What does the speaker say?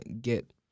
get